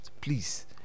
please